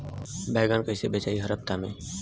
बैगन कईसे बेचाई हर हफ्ता में?